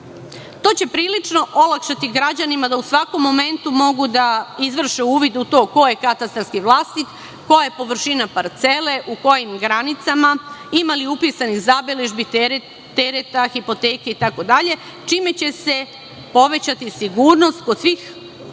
To će prilično olakšati građanima da u svakom momentu mogu da izvrše uvid u to ko je katastarski vlasnik, koja je površina parcele, u kojim granicama, imali upisanih zabeležbi, tereta, hipoteke itd, čime će se povećati sigurnost kod svih